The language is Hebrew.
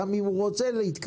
גם אם הוא רוצה להתקדם.